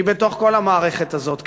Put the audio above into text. כי בתוך כל המערכת הזאת,